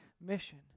mission